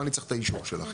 מה אני צריך את האישור שלכם?